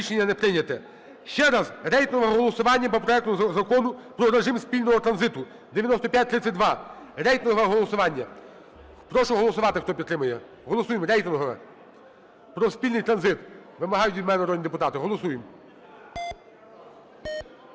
рейтингове голосування по проекту Закону про режим спільного транзиту (9532). Рейтингове голосування. Прошу голосувати, хто підтримує. Голосуємо рейтингове про спільний транзит. Вимагають від мене народні депутати, голосуємо.